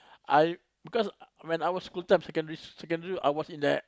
I because when I was school time secondary secondary I was in the